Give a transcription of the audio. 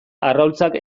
arrautzak